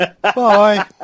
Bye